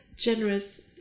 Generous